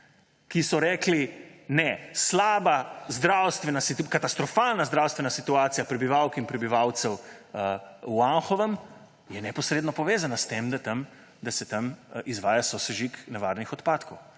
ki so rekli: »Katastrofalna zdravstvena situacija prebivalk in prebivalcev v Anhovem je neposredno povezana s tem, da se tam izvaja sosežig nevarnih odpadkov.«